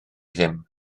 ddim